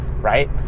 right